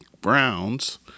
Browns